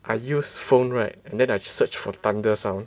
I use phone right and then I search for the thunder sound